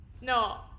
No